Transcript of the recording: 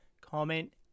comment